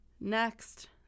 Next